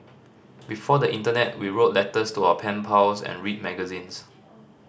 before the internet we wrote letters to our pen pals and read magazines